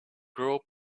girl